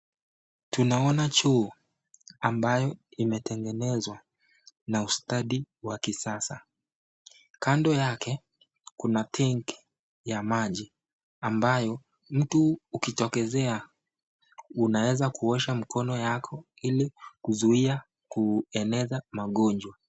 Tunaona juu ambayo imetengenezwa na ustadi wa kisasa kando yake kuna tangi ya maji ambayo mtu ukitokesea unanaweza ukitokea unaosha mkono ili kusuia kueneza magonjwa.